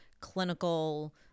clinical